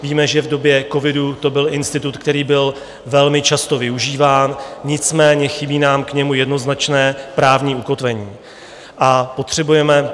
Víme, že v době covidu to byl institut, který byl velmi často využíván, nicméně chybí nám k němu jednoznačné právní ukotvení a potřebujeme